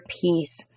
peace